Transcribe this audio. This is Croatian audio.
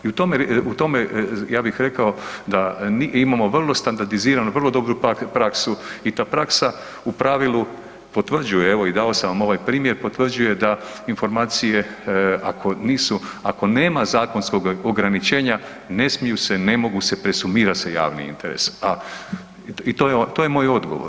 I u tome, ja bih rekao da imamo vrlo standardiziranu, vrlo dobru praksu i ta praksa u pravilu potvrđuje, evo i dao sam vam ovaj primjer, potvrđuje da informacije, ako nisu, ako nema zakonskog ograničenja, ne smiju se, ne mogu se, presumira se javni interes, a, i to je moj odgovor.